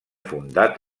fundat